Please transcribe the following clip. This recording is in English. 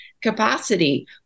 capacity